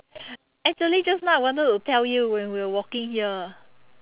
actually just now I wanted to tell you when we were walking here